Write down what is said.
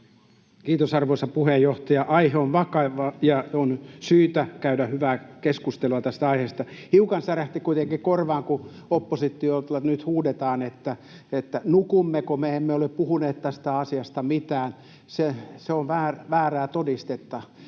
Kiitos, arvoisa puheenjohtaja! Aihe on vakava, ja on syytä käydä hyvää keskustelua tästä aiheesta. Hiukan särähti kuitenkin korvaan, kun oppositiosta nyt huudetaan, että nukummeko me ja että me emme ole puhuneet tästä asiasta mitään. Se on väärää todistetta.